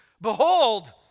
Behold